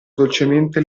dolcemente